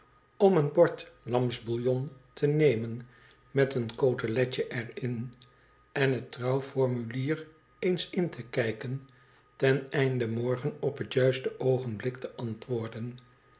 om eei bord lamsbouillon te nemen met een coteletje er in en het trouwformulier eens in te kijken ten einde morgen op het juiste oogenblik te antwoorden